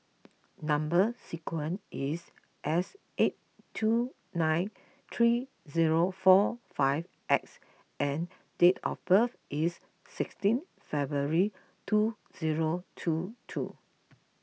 Number Sequence is S eight two nine three zero four five X and date of birth is sixteen February two zero two two